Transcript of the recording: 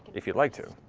if you'd like to.